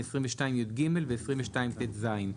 22יג ו-22טז".